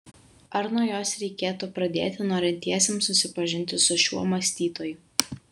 ar nuo jos reikėtų pradėti norintiesiems susipažinti su šiuo mąstytoju